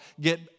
get